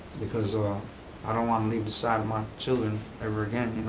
because i don't want to leave the side of my children ever again,